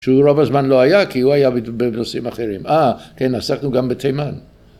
‫שהוא רוב הזמן לא היה ‫כי הוא היה בנושאים אחרים. ‫אה, כן, עסקנו גם בתימן.